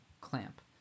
Clamp